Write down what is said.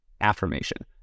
affirmation